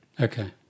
Okay